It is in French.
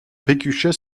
pécuchet